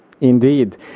Indeed